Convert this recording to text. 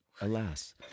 Alas